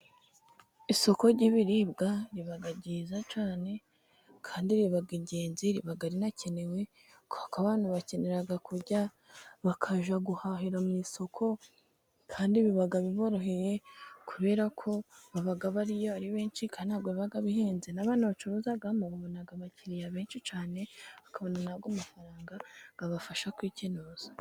Isoko ry'ibiribwa riba ryiza cyane, kandi riba ingenzi, riba rinakenewe, kuko abantu bakenera kurya bakajya guhahira mu isoko, kandi biba biboroheye kubera ko baba bariyo ari benshi, kandi ntabwo biba bihenze, n'abantu bacuruzamo babona abakiriya benshi cyane, bakabona n'ayo mafaranga abafasha kwikenuza.